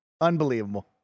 Unbelievable